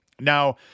Now